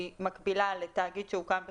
היא מקבילה לתאגיד שהוקם בחיקוק,